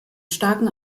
starken